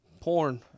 Porn